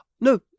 No